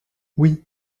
oui